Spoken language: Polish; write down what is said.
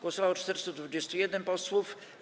Głosowało 421 posłów.